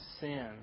sin